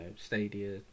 Stadia